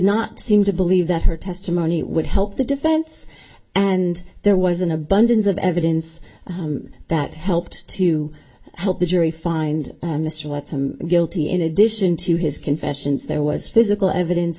not seem to believe that her testimony would help the defense and there was an abundance of evidence that helped to help the jury find mr watson guilty in addition to his confessions there was physical evidence